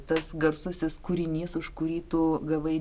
tas garsusis kūrinys už kurį tu gavai